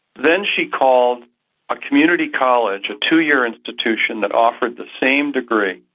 then she called a community college, a two-year institution that offered the same degree,